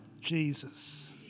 Jesus